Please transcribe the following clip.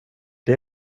det